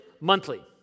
monthly